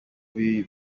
b’i